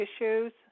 issues